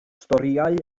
storïau